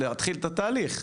להתחיל את התהליך,